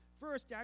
First